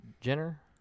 Jenner